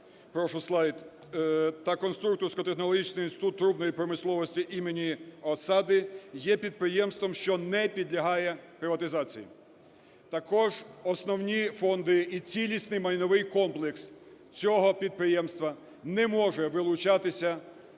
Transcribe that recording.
та конструкторсько-технологічний інститут трубної промисловості імені Осади є підприємством, що не підлягає приватизації. Також основні фонди і цілісний майновий комплекс цього підприємства не можуть вилучатися,